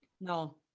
No